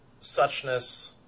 suchness